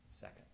second